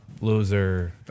Loser